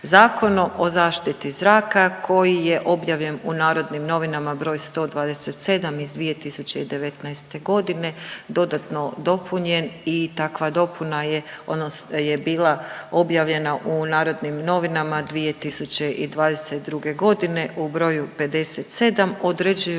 Zakon o zaštiti zraka koji je objavljen u Narodnim novinama br. 127 iz 2019. g. dodatno dopunjen i takva dopuna je, .../nerazumljivo/... je bila objavljena u Narodnim novinama 2022. g. u broju 57, određuju